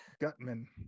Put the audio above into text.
gutman